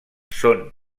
són